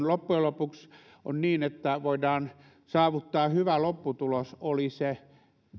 loppujen lopuksi se on niin että voidaan saavuttaa hyvä lopputulos oli se